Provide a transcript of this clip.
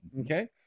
okay